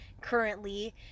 currently